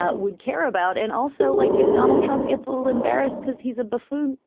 ah would care about. and also, like if donald trump gets a little embarrassed because he's a buffoon,